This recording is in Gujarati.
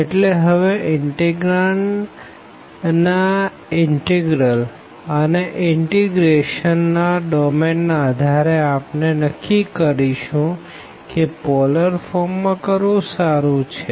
એટલે હવે ઇનતેગ્રાંડ ના ઇનટીગ્રલ અને ઇનટીગ્રેશન ના ડોમેન ના આધારે આપણે નક્કી કરશું કે પોલર ફોર્મ માં કરવું સારું છે